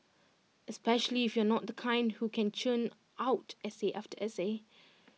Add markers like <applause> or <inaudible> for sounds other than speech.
especially if you're not the kind who can churn out essay after essay <noise>